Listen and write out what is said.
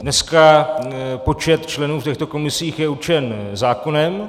Dneska počet členů v těchto komisích je určen zákonem.